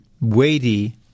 weighty